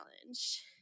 Challenge